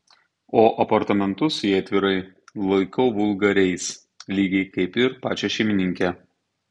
o apartamentus jei atvirai laikau vulgariais lygiai kaip ir pačią šeimininkę